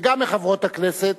וגם מחברות הכנסת,